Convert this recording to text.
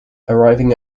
arriving